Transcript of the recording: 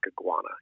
iguana